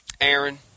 aaron